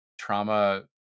trauma